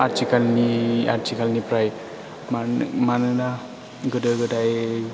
आथिखालनि आथिखालनिफ्राय मानो मानोना गोदो गोदाय